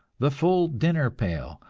the full dinner pail,